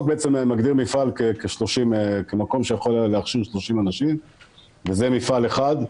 החוק בעצם מגדיר מפעל כמקום שיכול להכשיר 30 אנשים וזה מפעל אחד,